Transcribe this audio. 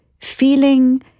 feeling